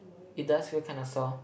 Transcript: it does feel kinda sore